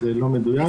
זה לא מדויק.